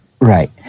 right